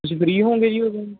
ਤੁਸੀਂ ਫ੍ਰੀ ਹੋਉਂਗੇ ਜੀ ਓਦੋਂ